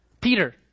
Peter